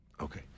Okay